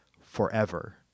forever